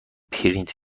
پرینت